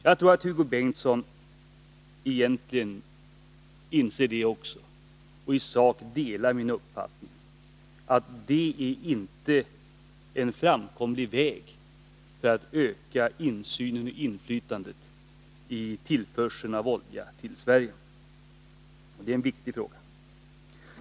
Jag tror att också Hugo Bengtsson egentligen inser det och i sak delar min uppfattning att detta inte är en framkomlig väg för att öka insynen och inflytandet när det gäller tillförseln av olja till Sverige, vilket är en viktig fråga.